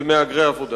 ומהגרי עבודה.